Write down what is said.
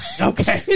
Okay